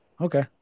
Okay